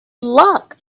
luck